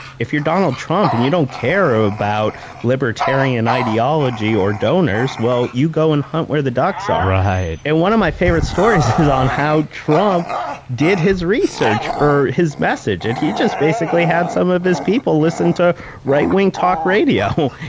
if you're donald trump, and you don't care about libertarian ideology or donors, well, you go and hunt where the ducks are. ah right. and one of my favorite stories is on how trump did his research for his message. and he just basically had some of his people listen to right-wing talk radio.